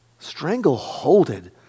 Strangleholded